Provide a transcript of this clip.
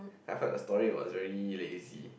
I felt the story was very lazy